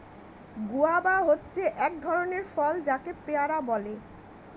guava হচ্ছে এক ধরণের ফল যাকে পেয়ারা বলে